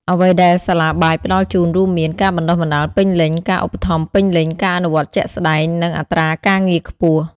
អ្វីដែលសាលាបាយផ្តល់ជូនរួមមាន ការបណ្តុះបណ្តាលពេញលេញ ការឧបត្ថម្ភពេញលេញ ការអនុវត្តជាក់ស្តែង និងអត្រាការងារខ្ពស់។